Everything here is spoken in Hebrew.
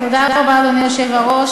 תודה רבה, אדוני היושב-ראש.